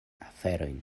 aferojn